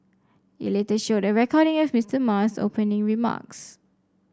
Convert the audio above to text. it later showed a recording of Mister Ma's opening remarks